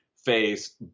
face